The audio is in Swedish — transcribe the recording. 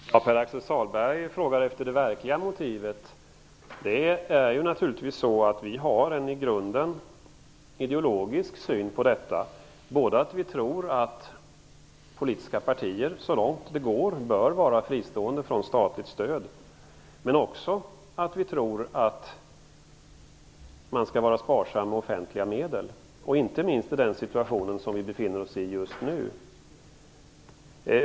Herr talman! Pär-Axel Sahlberg frågar efter det verkliga motivet. Vi har en i grunden ideologisk syn på detta. Vi tror att politiska partier så långt det går bör vara fristående från statligt stöd. Vi tror också att man skall vara sparsam med offentliga medel, inte minst i den situation vi befinner oss i just nu.